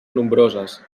nombroses